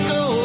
go